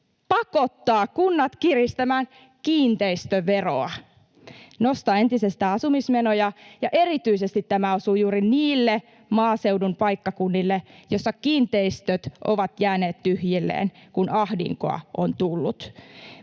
Pakottaa kunnat kiristämään kiinteistöveroa, nostaa entisestään asumismenoja, ja erityisesti tämä osuu juuri niille maaseudun paikkakunnille, joissa kiinteistöt ovat jääneet tyhjilleen, kun ahdinkoa on tullut.